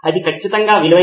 అది ఖచ్చితంగా ఒక విషయం